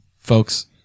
Folks